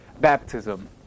baptism